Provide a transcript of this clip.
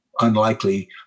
unlikely